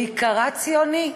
להיקרא ציוני,